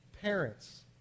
Parents